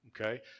Okay